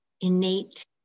innate